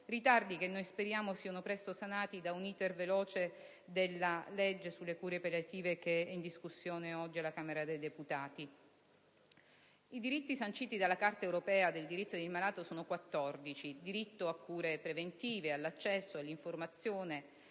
Ritardi che noi speriamo siano presto sanati da un *iter* veloce della legge sulle cure palliative in discussione alla Camera dei deputati. I diritti sanciti dalla Carta europea dei diritti del malato sono 14: diritto a cure preventive, all'accesso, all'informazione,